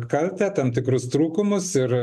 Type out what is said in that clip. kaltę tam tikrus trūkumus ir